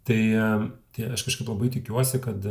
tai e tai aš kažkaip labai tikiuosi kad